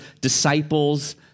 disciples